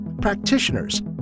practitioners